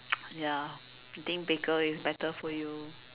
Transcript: ya I think bigger is better for you